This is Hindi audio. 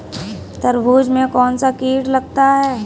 तरबूज में कौनसा कीट लगता है?